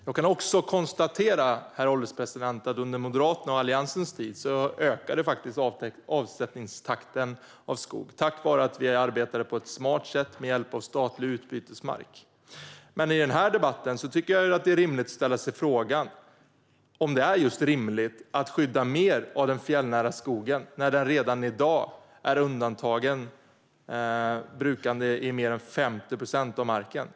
Jag kan också konstatera, herr ålderspresident, att under Moderaternas och Alliansens tid ökade takten i avsättning av skog tack vare att vi arbetade på ett smart sätt med hjälp av statlig utbytesmark. Men i denna debatt tycker jag att det är rimligt att ställa sig frågan om det är rimligt att skydda mer av den fjällnära skogen när mer än 50 procent av marken redan i dag är undantagen brukande.